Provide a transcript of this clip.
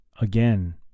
again